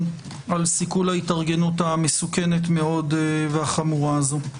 על סיכול ההתארגנות המסוכנת מאוד והחמורה הזו.